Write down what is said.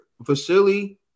Vasily